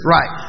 Right